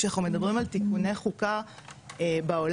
כשאנחנו מדברים על תיקוני חוקה בעולם,